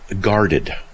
guarded